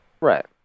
right